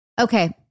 Okay